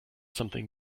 something